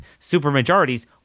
supermajorities